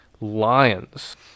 Lions